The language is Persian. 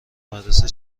مدرسه